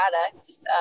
products